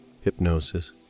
hypnosis